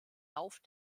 lauf